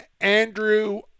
Andrew